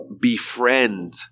befriend